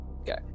Okay